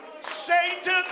Satan